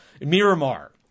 miramar